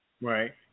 right